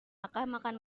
makan